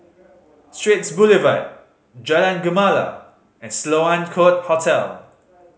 Straits Boulevard Jalan Gemala and Sloane Court Hotel